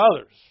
others